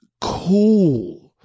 cool